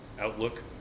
outlook